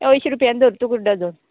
अंयशीं रुपयान धर तुक डजन